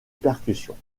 percussions